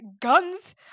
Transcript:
Guns